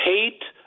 Hate